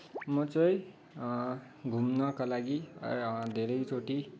म चाहिँ घुम्नको लागि धेरैचोटि